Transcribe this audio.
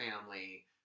family